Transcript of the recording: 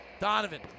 Donovan